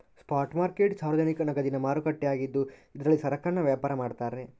spot market ಸಾರ್ವಜನಿಕ ನಗದಿನ ಮಾರುಕಟ್ಟೆ ಆಗಿದ್ದು ಇದ್ರಲ್ಲಿ ಸರಕನ್ನ ವ್ಯಾಪಾರ ಮಾಡ್ತಾರೆ